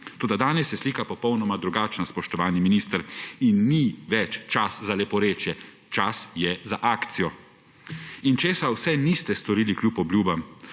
Toda danes je slika popolnoma drugačna, spoštovani minister, in ni več časa za leporečje, čas je za akcijo. Česa vse niste storili kljub obljubam?